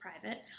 private